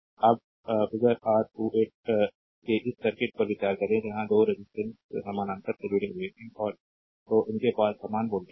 slide time देखें 2515 अब figure R28 के इस सर्किट पर विचार करें जहां 2 रेजिस्टेंस समानांतर में जुड़े हुए हैं और तो उनके पास समान वोल्टेज है